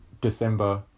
December